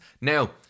now